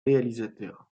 réalisateur